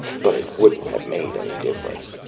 but it wouldn't have made any difference.